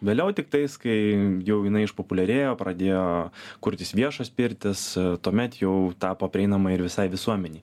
vėliau tiktais kai jau jinai išpopuliarėjo pradėjo kurtis viešos pirtys tuomet jau tapo prieinama ir visai visuomenei